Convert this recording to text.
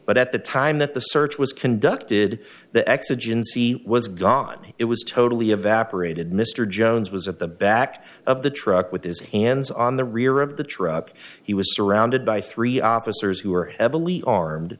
but at the time that the search was conducted the exigency was gone it was totally evaporated mr jones was at the back of the truck with his hands on the rear of the truck he was surrounded by three officers who were heavily armed